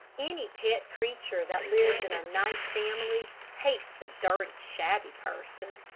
any pet creature that lives in a nice family hates a dirty, shabby person.